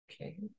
Okay